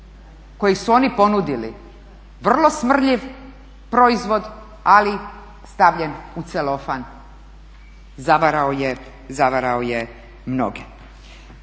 koji su oni ponudili? Vrlo smrdljiv proizvod, ali stavljen u celofan, zavarao je mnoge.